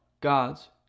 God's